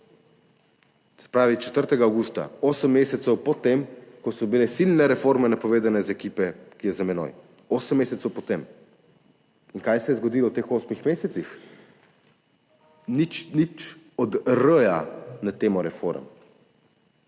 se pravi 4. avgusta, osem mesecev po tem, ko so bile silne reforme napovedane iz ekipe, ki je za menoj, osem mesecev po tem. In kaj se je zgodilo v teh osmih mesecih? Nič, niti R na temo reform.